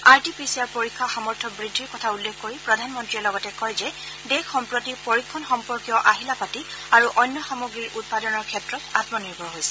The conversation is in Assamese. R T P C R পৰীক্ষা সামৰ্থ্য বৃদ্ধিৰ কথা উল্লেখ কৰি প্ৰধানমন্ত্ৰীয়ে লগতে কয় যে দেশ সম্প্ৰতি পৰীক্ষণ সম্পৰ্কীয় আহিলাপাতি আৰু অন্য সামগ্ৰীৰ উৎপাদনৰ ক্ষেত্ৰত আঘনিৰ্ভৰ হৈছে